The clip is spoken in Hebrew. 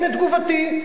הנה תגובתי.